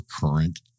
current